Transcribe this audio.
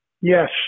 Yes